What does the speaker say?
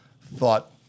thought